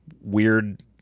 weird